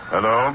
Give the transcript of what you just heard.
Hello